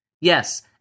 Yes